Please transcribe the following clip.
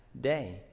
day